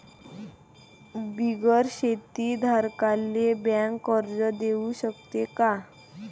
बिगर शेती धारकाले बँक कर्ज देऊ शकते का?